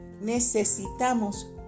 Necesitamos